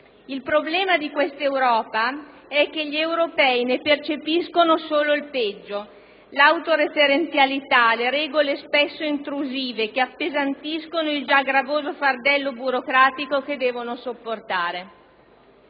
Il problema di quest'Europa è che gli europei ne percepiscono solo il peggio. l'autoreferenzialità, le regole spesso intrusive che appesantiscono il già gravoso fardello burocratico che devono sopportare.